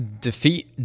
Defeat